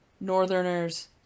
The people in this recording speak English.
northerners